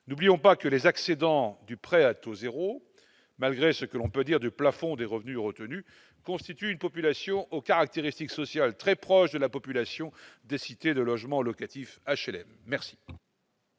n'oublions pas que les accédants du prêt à taux 0, malgré ce que l'on peut dire du plafond des revenus constituent une population aux caractéristiques sociales très proche de la population des cités de logements locatifs HLM merci.